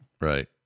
Right